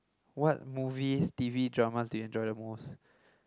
what movies t_v dramas do you enjoy the most